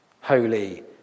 holy